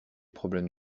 problèmes